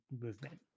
movement